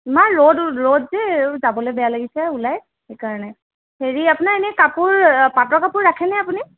ইমান ৰ'দ ৰ'দ যে যাবলৈ বেয়া লাগিছে ওলাই সেইকাৰণে হেৰি আপোনাৰ এনেই কাপোৰ পাটৰ কাপোৰ ৰাখে নে আপুনি